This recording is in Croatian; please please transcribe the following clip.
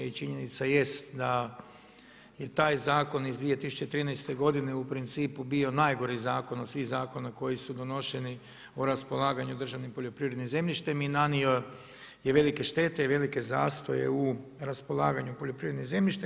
I činjenica jest da je taj zakon iz 2013. godine u principu bio najgori zakon od svih zakona koji su donošeni u raspolaganju državnim poljoprivrednim zemljištem i nanio je velike štete i velike zastoju u raspolaganju poljoprivrednim zemljištem.